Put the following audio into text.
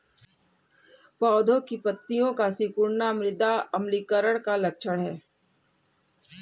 पौधों की पत्तियों का सिकुड़ना मृदा अम्लीकरण का लक्षण है